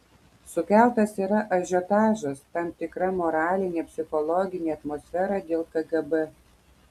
sukeltas yra ažiotažas tam tikra moralinė psichologinė atmosfera dėl kgb